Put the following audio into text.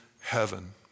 heaven